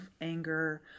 anger